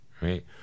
right